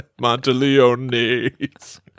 Monteleone's